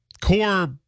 core